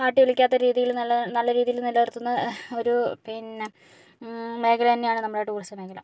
ആട്ടിയൊളിക്കാത്ത രീതിയിൽ നില നല്ല രീതിയിൽ നില നിർത്തുന്ന ഒരു പിന്നെ മേഖല തന്നെയാണ് നമ്മുടെ ടൂറിസം മേഖല